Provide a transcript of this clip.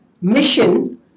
mission